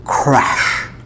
crash